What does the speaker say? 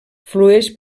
flueix